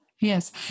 Yes